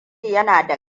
yana